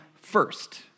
first